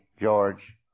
George